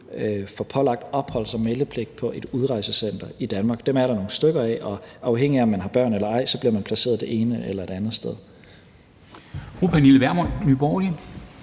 få pålagt opholds- og meldepligt på et udrejsecenter i Danmark. Dem er der nogle stykker af, og afhængig af om man har børn eller ej, bliver man placeret det ene eller det andet sted. Kl. 13:20 Formanden (Henrik